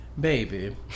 Baby